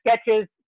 sketches